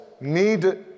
need